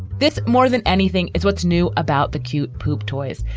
this, more than anything, is what's new about the cute poop toys.